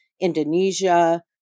Indonesia